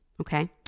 Okay